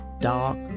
dark